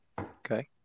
Okay